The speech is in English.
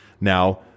Now